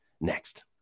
next